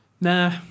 nah